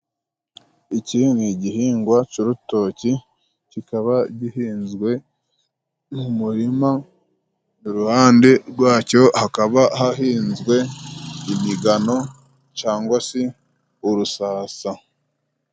Iki ni igihingwa c'urutoki kikaba gihinzwe mu muririma, iruhande rwacyo hakaba hahinzwe imigano cangwa se urusasa.